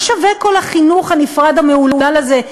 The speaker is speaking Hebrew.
מה שווה כל החינוך הנפרד המהולל הזה,